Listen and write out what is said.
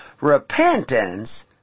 Repentance